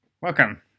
welcome